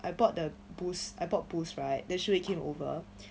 I bought the boost I bought boost right they shu yu came over